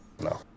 No